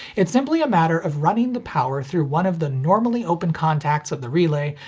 it's simply a matter of running the power through one of the normally open contacts of the relay,